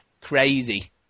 crazy